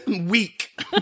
weak